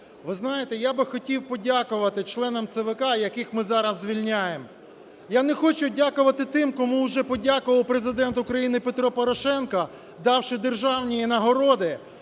Ви знаєте, я би хотів подякувати членам ЦВК, яких ми зараз звільняємо. Я не хочу дякувати тим, кому вже подякував Президент України Петро Порошенко, давши державні нагороди,